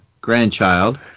grandchild